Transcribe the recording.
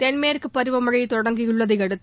தென்மேற்கு பருவமனழ தொடங்கியுள்ளதை அடுத்து